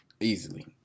Easily